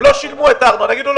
הם לא שילמו את הארנונה ואז יגידו לו